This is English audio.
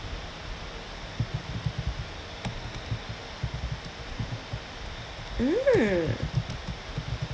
mm